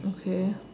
okay